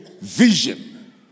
vision